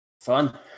fun